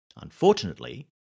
Unfortunately